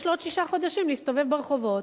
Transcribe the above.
יש לו או שישה חודשים להסתובב ברחובות,